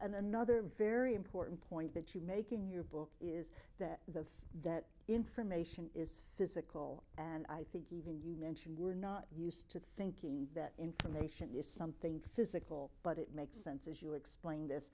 that another very important point that you make in your book is that that's that information is physical and i think even you mention we're not used to thinking that information is something physical but it makes sense as you explain this